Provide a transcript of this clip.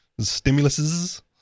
stimuluses